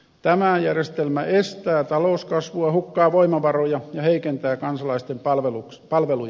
tämä järjestelmä estää talouskasvua hukkaa voimavaroja ja heikentää kansalaisten palveluja